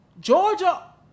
Georgia